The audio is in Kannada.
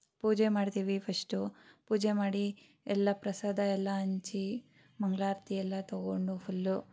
ಪೂಜೆ ಮಾಡ್ತೀವಿ ಫಶ್ಟು ಪೂಜೆ ಮಾಡಿ ಎಲ್ಲ ಪ್ರಸಾದ ಎಲ್ಲ ಹಂಚಿ ಮಂಗಳಾರ್ತಿ ಎಲ್ಲ ತೊಗೊಂಡು ಫುಲ್ಲು